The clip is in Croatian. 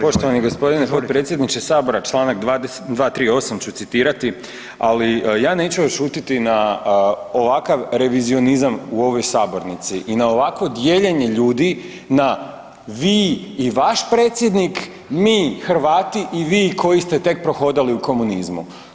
Da, poštovani gospodine potpredsjedniče sabora Članak 238. ću citirati, ali ja neću odšutiti na ovakav revizionizam u ovoj sabornici i na ovakvo dijeljenje ljudi na vi i vaš i predsjednik, mi Hrvati i vi koji ste tek prohodali u komunizmu.